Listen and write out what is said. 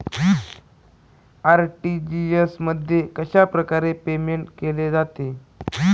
RTGS मध्ये कशाप्रकारे payment केले जाते?